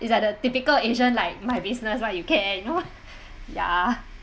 is like the typical asian like my business what you care you know ya